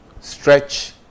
Stretch